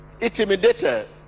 intimidated